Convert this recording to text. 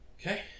Okay